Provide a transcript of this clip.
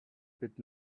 bit